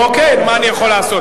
אוקיי, מה אני יכול לעשות?